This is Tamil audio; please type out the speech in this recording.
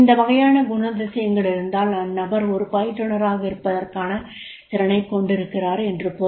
இந்த வகை குணாதிசயங்கள் இருந்தால் அந்நபர் ஒரு பயிற்றுனராக இருப்பதற்கான திறனைக் கொண்டிருக்கிறார் என்று பொருள்